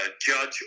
judge